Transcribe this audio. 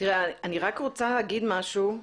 אני רק רוצה להגיד משהו.